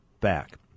back